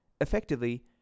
Effectively